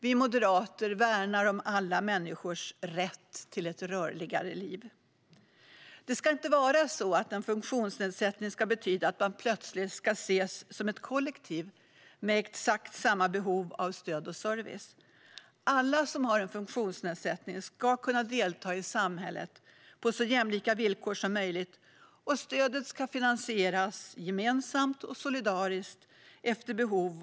Vi moderater värnar alla människors rätt till ett rörligare liv. Det ska inte vara så att en funktionsnedsättning betyder att man plötsligt ses som en del av ett kollektiv med exakt samma behov av stöd och service. Alla som har en funktionsnedsättning ska kunna delta i samhället på så jämlika villkor som möjligt, och stödet ska finansieras gemensamt och solidariskt efter behov.